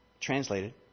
translated